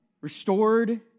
restored